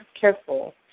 careful